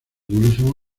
wilson